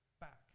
back